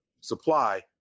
supply